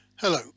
Hello